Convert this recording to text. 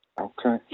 okay